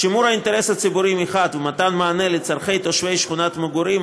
שימור האינטרס הציבורי מצד אחד ומתן מענה על צורכי תושבי שכונת המגורים,